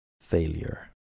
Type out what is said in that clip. failure